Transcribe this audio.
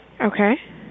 Okay